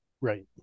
Right